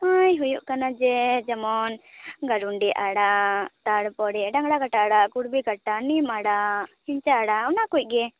ᱚᱭ ᱦᱩᱭᱩᱜ ᱠᱟᱱᱟ ᱡᱮ ᱡᱮᱢᱚᱱ ᱜᱟᱨᱩᱱᱰᱤ ᱟᱲᱟᱜ ᱛᱟᱨᱯᱚᱨᱮ ᱰᱟᱝᱨᱟ ᱠᱟᱴᱟ ᱟᱲᱟᱜ ᱠᱩᱨᱵᱤ ᱠᱟᱴᱟ ᱱᱤᱢ ᱟᱲᱟᱜ ᱦᱤᱝᱪᱟ ᱟᱲᱟ ᱚᱱᱟ ᱠᱚᱜᱮ